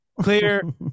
Clear